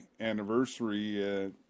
anniversary